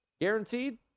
Guaranteed